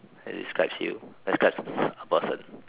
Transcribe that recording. that describes you that describes a a person